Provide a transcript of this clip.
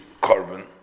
carbon